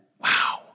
Wow